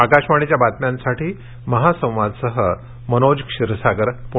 आकाशवाणीच्या बातम्यांसाठी महासंवादसह मनोज क्षीरसागर पुणे